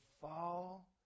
fall